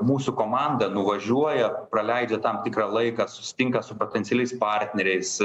mūsų komanda nuvažiuoja praleidžia tam tikrą laiką susitinka su potencialiais partneriais